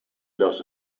loss